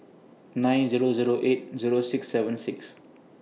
nine Zero Zero eight Zero six seven six